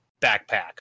backpack